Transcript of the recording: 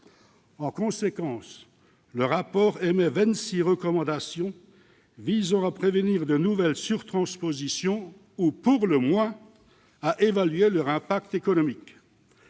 En conséquence, le rapport émet vingt-six recommandations visant à prévenir de nouvelles surtranspositions ou, tout au moins, à évaluer leur impact économique.